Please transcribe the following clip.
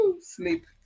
sleep